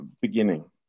beginning